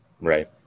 Right